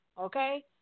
okay